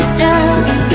love